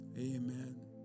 Amen